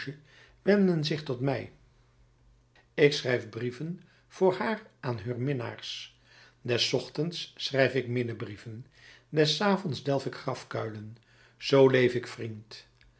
wenden zich tot mij ik schrijf brieven voor haar aan heur minnaars des ochtends schrijf ik minnebrieven des avonds delf ik grafkuilen zoo leef ik vriend